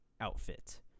outfit